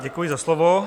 Děkuji za slovo.